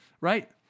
Right